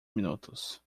minutos